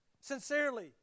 sincerely